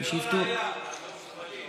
זו לא ראיה, מכובדי.